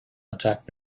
attacked